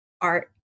art